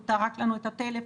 הוא טרק לנו את הטלפון.